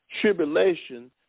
tribulation